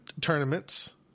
tournaments